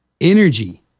energy